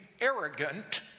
arrogant